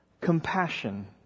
Compassion